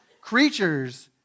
creatures